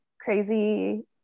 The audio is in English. crazy